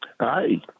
Hi